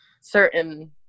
certain